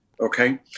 Okay